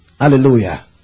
Hallelujah